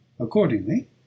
Accordingly